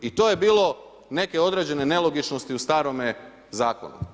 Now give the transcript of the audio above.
I to je bilo neke određene nelogičnosti u starome zakonu.